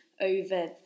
over